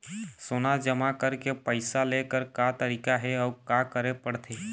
सोना जमा करके पैसा लेकर का तरीका हे अउ का करे पड़थे?